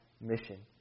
mission